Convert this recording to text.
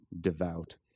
devout